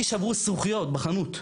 לי שברו זכוכיות בחנות.